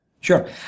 Sure